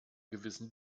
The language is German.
gewissen